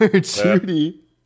Judy